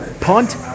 punt